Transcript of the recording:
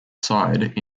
side